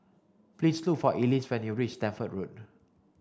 please look for Elyse when you reach Stamford Road